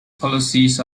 policies